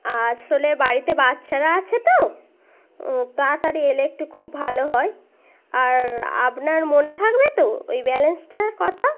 আসলে বাড়িতে বাচ্চারা আছে তো তাড়াতাড়ি এলে একটু খুব ভালো হয় আর আপনার মনে থাকবে তো ওই ব্যালেন্সটার কথা